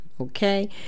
okay